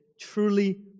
truly